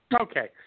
Okay